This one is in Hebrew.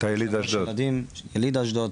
יש לי שלושה ילדים --- יליד אשדוד?